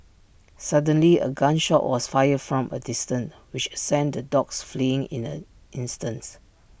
suddenly A gun shot was fired from A distance which sent the dogs fleeing in an instants